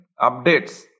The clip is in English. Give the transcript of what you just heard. updates